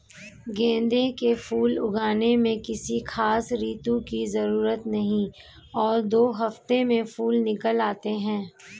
गेंदे के फूल उगाने में किसी खास ऋतू की जरूरत नहीं और दो हफ्तों में फूल निकल आते हैं